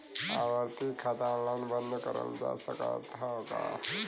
आवर्ती खाता ऑनलाइन बन्द करल जा सकत ह का?